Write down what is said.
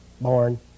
born